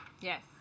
Yes